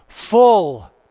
full